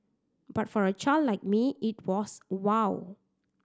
but for a child like me it was wow